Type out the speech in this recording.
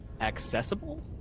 accessible